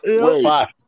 Five